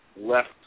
left